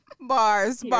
Bars